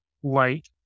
white